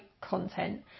content